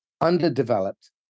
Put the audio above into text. underdeveloped